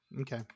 Okay